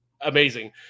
amazing